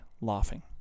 laughing